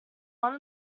one